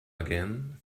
again